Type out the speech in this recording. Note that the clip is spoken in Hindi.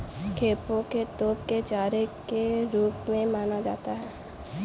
खेपों को तोप के चारे के रूप में माना जाता था